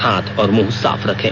हाथ और मुंह साफ रखें